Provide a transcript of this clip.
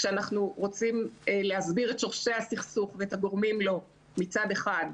כשאנחנו רוצים להסביר את שורשי הסכסוך ואת הגורמים לו מצד אחד,